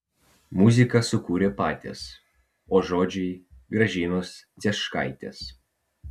muziką sukūrė patys o žodžiai gražinos cieškaitės